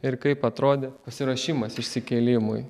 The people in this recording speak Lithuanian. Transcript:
ir kaip atrodė pasiruošimas išsikėlimui